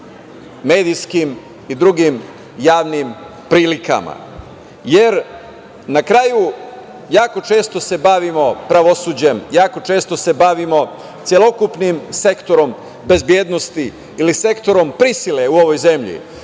medijskim i drugim javnim prilikama jer na kraju jako često se bavimo pravosuđem, jako često se bavimo celokupnim sektorom bezbednosti ili sektorom prisile u ovoj zemlji,